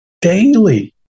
daily